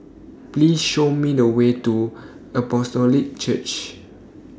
Please Show Me The Way to Apostolic Church